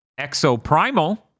Exoprimal